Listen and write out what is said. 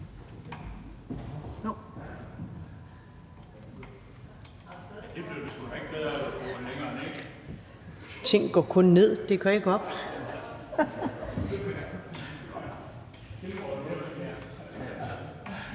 Ting går kun ned, de går ikke op.